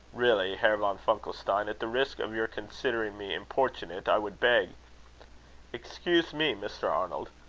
really, herr von funkelstein, at the risk of your considering me importunate, i would beg excuse me, mr. arnold.